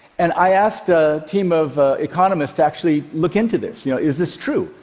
and i asked a team of economists to actually look into this. you know is this true?